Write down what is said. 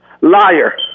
Liar